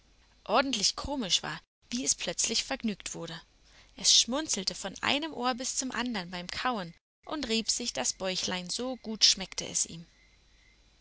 ordentlich komisch war wie es plötzlich vergnügt wurde es schmunzelte von einem ohr bis zum andern beim kauen und rieb sich das bäuchlein so gut schmeckte es ihm